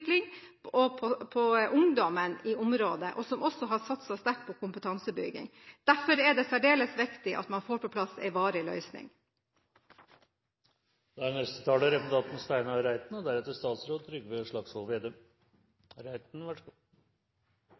satser sterkt på videreutvikling og på ungdommen i området, og som også har satset sterkt på kompetansebygging. Derfor er det særdeles viktig at man får på plass en varig løsning. Reindriftspolitikk er en avveining mellom tre områder: dyrehelse, næringsgrunnlag og